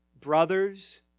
brothers